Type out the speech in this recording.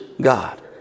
God